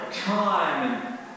time